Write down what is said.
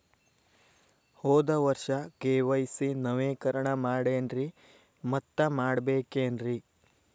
ಹೋದ ವರ್ಷ ಕೆ.ವೈ.ಸಿ ನವೇಕರಣ ಮಾಡೇನ್ರಿ ಮತ್ತ ಮಾಡ್ಬೇಕೇನ್ರಿ?